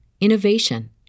innovation